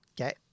Okay